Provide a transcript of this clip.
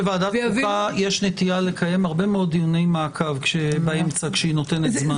לוועדת החוקה יש נטייה לקיים הרבה דיוני מעקב באמצע כשהיא נותנת זמן.